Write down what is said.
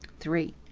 three.